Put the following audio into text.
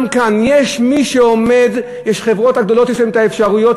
גם כאן יש מי שעומד לחברות הגדולות יש את כל האפשרויות